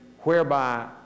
whereby